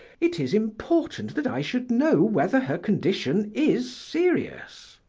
it is important that i should know whether her condition is serious.